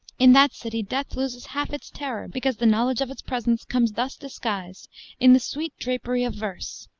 in that city death loses half its terror because the knowledge of its presence comes thus disguised in the sweet drapery of verse.